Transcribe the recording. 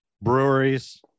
breweries